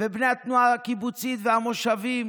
ובני התנועה הקיבוצית והמושבים